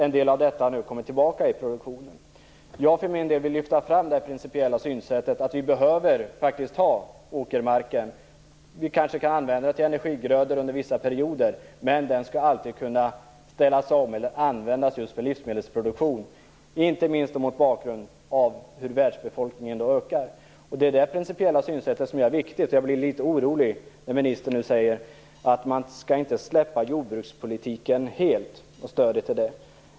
En del av detta har nu kommit tillbaka i produktionen. Jag vill lyfta fram det principiella synsättet att vi behöver ha åkermarken. Vi kanske kan använda den till energigrödor under vissa perioder, men den skall alltid kunna ställas om och användas just för livsmedelsproduktion, inte minst mot bakgrund av hur världsbefolkningen ökar. Det är det principiella synsättet som är viktigt. Jag blir litet orolig när jordbruksministern säger att man inte helt skall släppa jordbrukspolitiken och stödet till den.